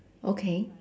okay